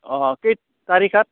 अ खै थारिखआ